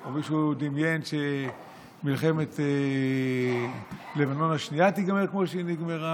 או מישהו דמיין שמלחמת לבנון השנייה תיגמר כמו שהיא נגמרה,